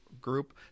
group